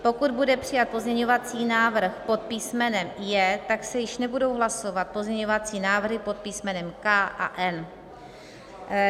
Pokud bude přijat pozměňovací návrh pod písmenem J, tak se již nebudou hlasovat pozměňovací návrhy pod písmenem K a N.